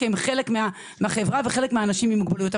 כי הם חלק מהחברה והם חלק מהאנשים עם מוגבלויות.